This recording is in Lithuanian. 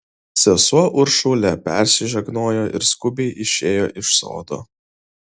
sesuo uršulė persižegnojo ir skubiai išėjo iš sodo